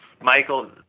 Michael